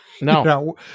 No